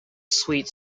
sweet